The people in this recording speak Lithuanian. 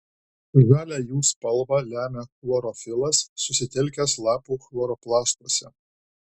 žalią jų spalvą lemia chlorofilas susitelkęs lapų chloroplastuose